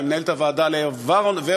את מנהלת הוועדה לאה ורון,